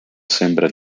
sembra